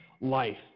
life